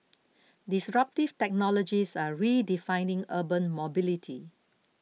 disruptive technologies are redefining urban mobility